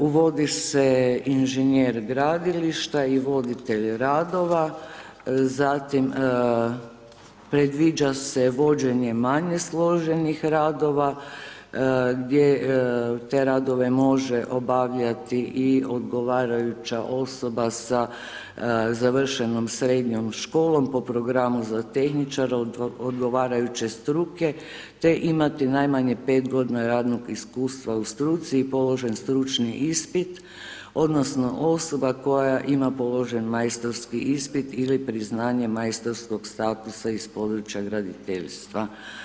Uvodi se inženjer gradilišta i voditelj radova, zatim predviđa se vođenje manje složenih radova gdje te radove može obavljati i odgovarajuća osoba sa završenom srednjom školom po programu za tehničara odgovarajuće struke te imati najmanje 5 g. radnog iskustva u struci i položen stručni ispit odnosno osoba koja ima položen majstorski ispit ili priznanje majstorskog statusa iz područja graditeljstva.